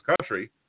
country